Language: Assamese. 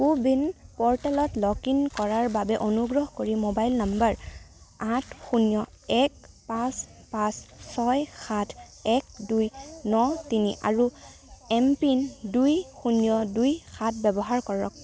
কোৱিন প'ৰ্টেলত লগ ইন কৰাৰ বাবে অনুগ্ৰহ কৰি মোবাইল নম্বৰ আঠ শূণ্য় এক পাঁচ পাঁচ ছয় সাত এক দুই ন তিনি আৰু এম পিন দুই শূণ্য় দুই সাত ব্যৱহাৰ কৰক